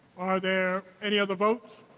are there any other votes?